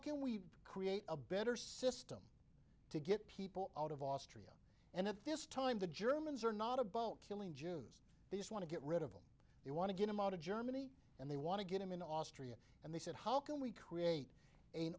can we create a better system to get people out of austria and at this time the germans are not above killing jews they just want to get rid of him you want to get him out of germany and they want to get him in austria and they said how can we create a